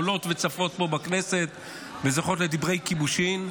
שעולות וצפות פה בכנסת וזוכות לדברי כיבושין,